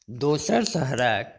दोसर शहरक